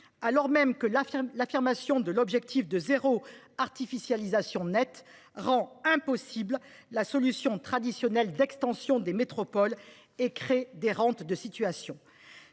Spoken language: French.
alors même que l’affirmation de l’objectif de « zéro artificialisation nette » (ZAN) rend impossible la solution traditionnelle d’extension des métropoles et crée des rentes de situation.